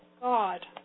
God